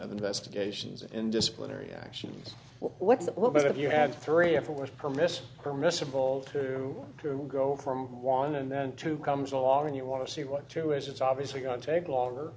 of investigations in disciplinary actions what's what but if you had three if it was permissible permissible two to go on and then two comes along and you want to see what too is it's obviously going to take longer